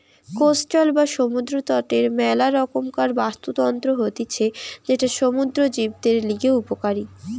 coastal বা সমুদ্র তটের মেলা রকমকার বাস্তুতন্ত্র হতিছে যেটা সমুদ্র জীবদের লিগে উপকারী